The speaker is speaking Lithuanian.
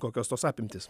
kokios tos apimtys